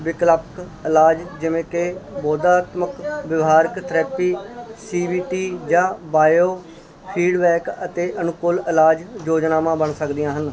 ਵਿਕਲਪ ਇਲਾਜ ਜਿਵੇਂ ਕਿ ਬੌਧਾਤਮਿਕ ਵਿਵਹਾਰਕ ਥਰੈਪੀ ਸੀ ਵੀ ਟੀ ਜਾਂ ਬਾਇਓ ਫੀਡਬੈਕ ਅਤੇ ਅਨੁਕੂਲ ਇਲਾਜ ਯੋਜਨਾਵਾਂ ਬਣ ਸਕਦੀਆਂ ਹਨ